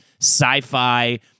sci-fi